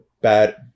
bad